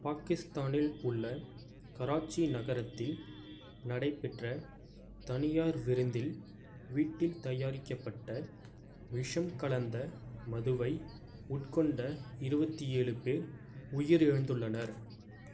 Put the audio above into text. பாகிஸ்தானில் உள்ள கராச்சி நகரத்தில் நடைபெற்ற தனியார் விருந்தில் வீட்டில் தயாரிக்கப்பட்ட விஷம் கலந்த மதுவை உட்கொண்ட இருபத்தி ஏழு பேர் உயிரிழந்துள்ளனர்